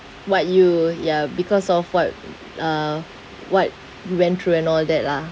what you ya because of what uh what we went through and all that lah